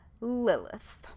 Lilith